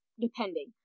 Depending